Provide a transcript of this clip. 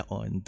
on